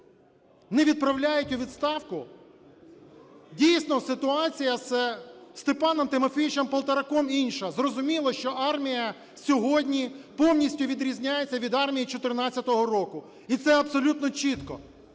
не відправляють у відставку?! Дійсно, ситуація із Степаном ТимофійовичемПолтораком інша. Зрозуміло, що армія сьогодні повністю відрізняється від армії 2014 року. І це абсолютно чітко.